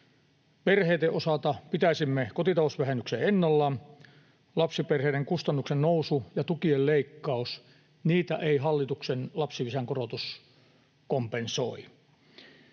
Perheiden osalta pitäisimme kotitalousvähennyksen ennallaan. Lapsiperheiden kustannusten nousua ja tukien leikkausta ei hallituksen lapsilisän korotus kompensoi.